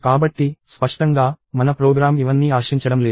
కాబట్టి స్పష్టంగా మన ప్రోగ్రామ్ ఇవన్నీ ఆశించడం లేదు